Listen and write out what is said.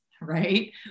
right